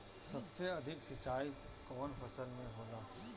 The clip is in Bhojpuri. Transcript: सबसे अधिक सिंचाई कवन फसल में होला?